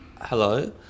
hello